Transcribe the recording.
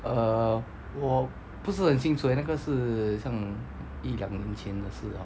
err 我不是很清楚 eh 那个是像一两年前的事了